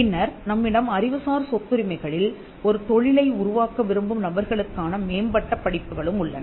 பின்னர் நம்மிடம் அறிவுசார் சொத்துரிமைகளில் ஒரு தொழிலை உருவாக்க விரும்பும் நபர்களுக்கான மேம்பட்ட படிப்புகளும் உள்ளன